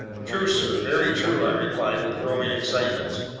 true, sir, very true, i replied with growing excitement.